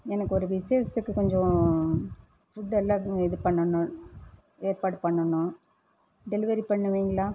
எனக்கு ஒரு விசேஷத்துக்கு கொஞ்சம் ஃபுட்டெல்லாம் இது பண்ணணும் ஏற்பாடு பண்ணணும் டெலிவரி பண்ணுவீங்களா